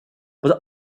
but